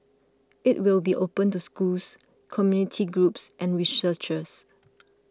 it will be open to schools community groups and researchers